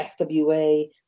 FWA